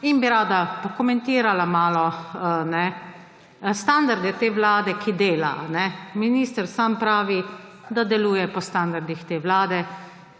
in bi rada malo pokomentirala standarde te vlade, ki dela. Minister sam pravi, da deluje po standardih te vlade.